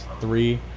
three